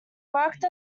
worked